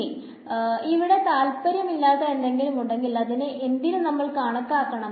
ഇനി ഇവിടെ താല്പര്യം ഇല്ലാത്ത എന്തെങ്കിലും ഉണ്ടെങ്കിൽ അതിനെ എന്തിനു നമ്മൾ കണക്കാക്കണം